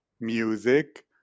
music